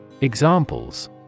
Examples